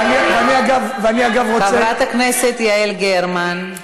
אני, אגב, רוצה, חברת הכנסת יעל גרמן.